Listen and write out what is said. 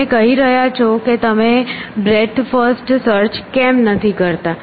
તમે કહી રહ્યા છો કે તમે બ્રેડ્થ ફર્સ્ટ સર્ચ કેમ નથી કરતા